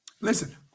Listen